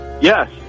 Yes